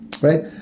right